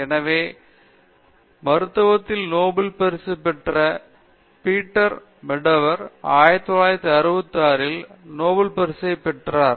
எனவே மருத்துவத்தில் நோபல் பரிசு பெற்ற பீட்டர் மெடவர் 1960 இல் நோபல் பரிசைப் பெற்றார்